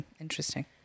Interesting